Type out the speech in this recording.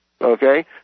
Okay